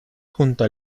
junto